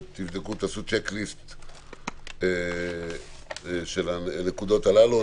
תעשו בדיקה של הרשימה של הנקודות הללו.